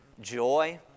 joy